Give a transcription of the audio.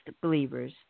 believer's